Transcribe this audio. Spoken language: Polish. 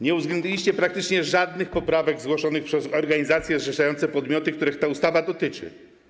Nie uwzględniliście praktycznie żadnych poprawek zgłoszonych przez organizacje zrzeszające podmioty, których ta ustawa dotyczy.